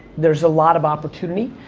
there's a lot of opportunity,